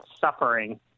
suffering